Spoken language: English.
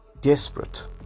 desperate